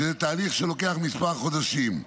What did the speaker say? תהליך שלוקח כמה חודשים.